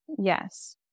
Yes